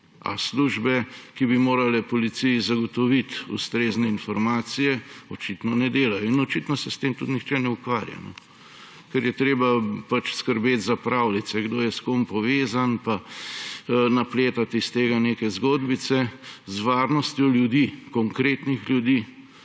A službe, ki bi morale policiji zagotoviti ustrezne informacije, očitno ne delajo. In očitno se s tem tudi nihče ne ukvarja, ker je treba pač skrbeti za pravljice, kdo je s kom povezan, pa napletati iz tega neke zgodbice. Z varnostjo ljudi, konkretnih ljudi,